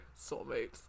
soulmates